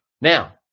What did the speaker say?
Now